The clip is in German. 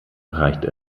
reicht